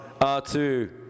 R2